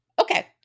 Okay